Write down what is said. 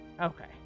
Okay